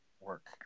Work